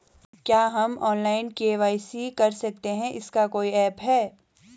क्या हम online KYC कर सकते हैं इसका कोई ऐप है?